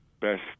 best